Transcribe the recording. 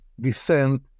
descent